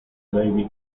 baby